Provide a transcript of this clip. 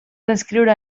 descriure